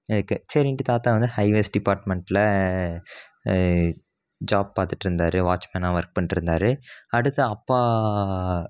இருக்குது சரின்ட்டு தாத்தா வந்து ஹைவேஸ் டிபார்ட்மெண்ட்டில் ஜாப் பார்த்துட்ருந்தாரு வாட்ச்மேனாக ஒர்க் பண்ணிட்ருந்தாரு அடுத்து அப்பா